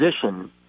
position